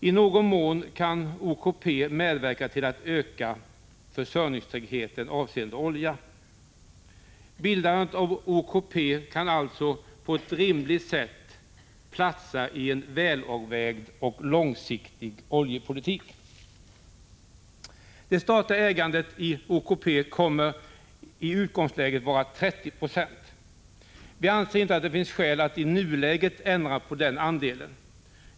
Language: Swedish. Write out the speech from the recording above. I någon mån kan OKP medverka till att öka försörjningstryggheten avseende olja. Bildandet av OKP kan alltså på ett rimligt sätt platsa i en välavvägd och långsiktig oljepolitik. Den statliga andelen i OKP kommer i utgångsläget att vara 30 96. Vi anser inte att det finns skäl att i nuläget ändra på den andelen.